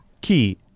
key